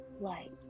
light